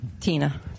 Tina